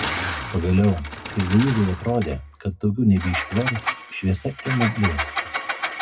pagaliau kai luizai atrodė kad daugiau nebeištvers šviesa ėmė blėsti